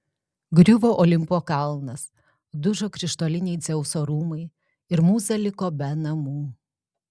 griuvo olimpo kalnas dužo krištoliniai dzeuso rūmai ir mūza liko be namų